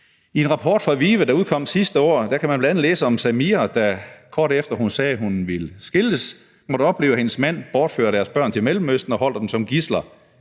I en rapport fra VIVE, der udkom sidste år, kan man bl.a. læse om Samira, der, kort efter hun siger, at hun vil skilles, må opleve, at hendes mand bortfører deres børn til Mellemøsten og holder dem som gidsler,